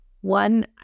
One